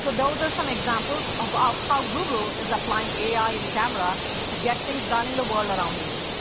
those are some examples of of how google is applying ai in camera to get things done in the world around you.